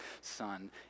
son